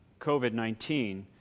COVID-19